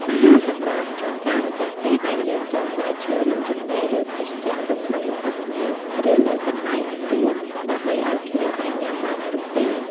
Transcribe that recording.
អាហារសម្រន់ ជួនកាល ម្ចាស់ផ្ទះអាចរៀបចំផ្លែឈើ នំចំណី ឬភេសជ្ជៈទុកក្នុងបន្ទប់ភ្ញៀវ ឬនៅកន្លែងរួម ដើម្បីឱ្យភ្ញៀវអាចញ៉ាំបានគ្រប់ពេល។